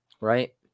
right